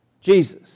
Jesus